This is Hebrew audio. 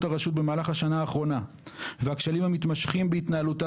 הרשות במהלך השנה האחרונה והכשלים המתמשכים בהתנהלותה